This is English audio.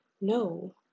no